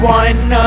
one